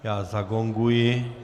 Já zagonguji.